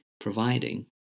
providing